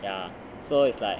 ya so it's like